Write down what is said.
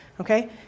okay